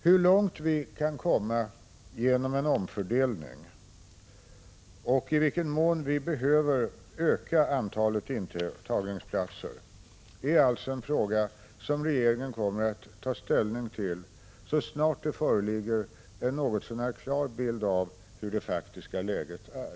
Hur långt vi kan komma genom en omfördelning och i vilken mån vi behöver öka antalet intagningsplatser är alltså en fråga, som regeringen kommer att ta ställning till så snart det föreligger en något så när klar bild av hur det faktiska läget är.